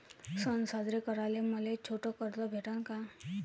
सन साजरे कराले मले छोट कर्ज भेटन का?